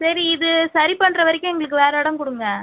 சரி இது சரி பண்ணுற வரைக்கும் எங்களுக்கு வேறு இடம் கொடுங்க